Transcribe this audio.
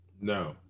no